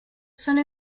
sono